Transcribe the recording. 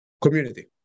community